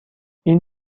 این